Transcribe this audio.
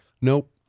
Nope